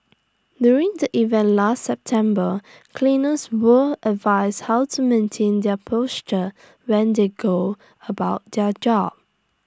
during the event last September cleaners were advised how to maintain their posture when they go about their job